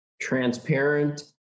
Transparent